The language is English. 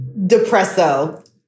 depresso